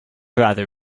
rather